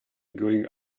going